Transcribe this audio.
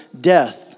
death